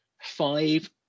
five